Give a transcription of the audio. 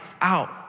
out